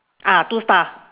ah two star